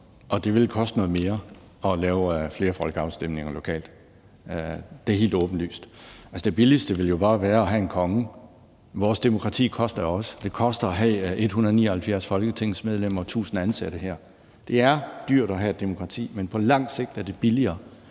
og det vil koste noget mere at lave flere folkeafstemninger lokalt. Det er helt åbenlyst. Det billigste ville jo bare være at have en konge. Vores demokrati koster jo også. Det koster at have 179 folketingsmedlemmer og tusind ansatte her. Det er dyrt at have et demokrati, men på lang sigt er det billigere,